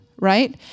right